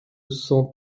cent